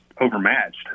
overmatched